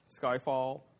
Skyfall